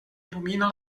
il·lumina